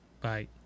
Bye